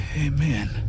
Amen